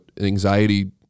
anxiety